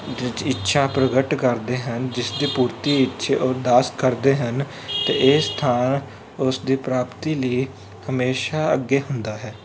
ਜਜ ਇੱਛਾ ਪ੍ਰਗਟ ਕਰਦੇ ਹਨ ਜਿਸ ਦੀ ਪੂਰਤੀ ਇੱਥੇ ਅਰਦਾਸ ਕਰਦੇ ਹਨ ਅਤੇ ਇਹ ਸਥਾਨ ਉਸ ਦੀ ਪ੍ਰਾਪਤੀ ਲਈ ਹਮੇਸ਼ਾ ਅੱਗੇ ਹੁੰਦਾ ਹੈ